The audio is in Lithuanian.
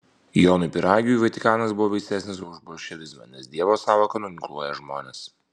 jonui pyragiui vatikanas buvo baisesnis už bolševizmą nes dievo sąvoka nuginkluoja žmones